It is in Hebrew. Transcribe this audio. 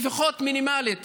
לפחות מינימלית,